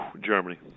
Germany